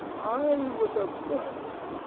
i was a murderer.